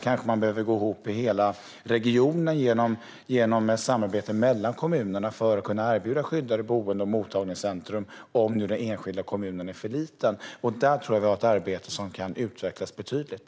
Kanske behöver man då gå ihop i hela regionen och samarbeta kommunerna emellan för att erbjuda skyddade boenden och mottagningscentrum om den enskilda kommunen är för liten. Detta tror jag är ett arbete som kan utvecklas betydligt.